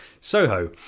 Soho